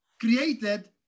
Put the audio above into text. created